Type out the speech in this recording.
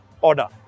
order